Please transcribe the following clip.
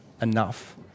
enough